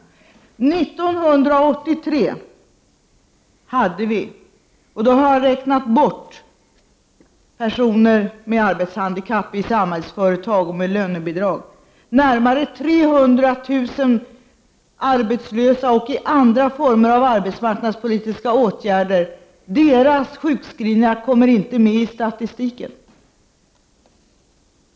År 1983 var närmare 300 000 människor arbetslösa eller föremål för olika former av arbetsmarknadspolitiska åtgärder — jag har då räknat bort personer med arbetshandikapp i Samhällsföretag och med lönebidrag. Dessa människors sjukskrivningar kommer inte med i statistiken.